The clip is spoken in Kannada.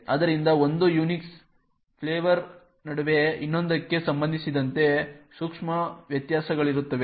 ಆದ್ದರಿಂದ ಒಂದು ಯುನಿಕ್ಸ್ ಫ್ಲೇವರ್ನ ನಡುವೆ ಇನ್ನೊಂದಕ್ಕೆ ಸಂಬಂಧಿಸಿದಂತೆ ಸೂಕ್ಷ್ಮ ವ್ಯತ್ಯಾಸಗಳಿರುತ್ತವೆ